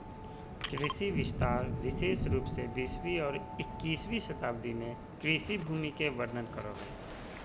कृषि विस्तार विशेष रूप से बीसवीं और इक्कीसवीं शताब्दी में कृषि भूमि के वर्णन करो हइ